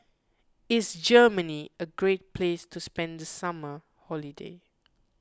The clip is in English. is Germany a great place to spend the summer holiday